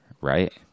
right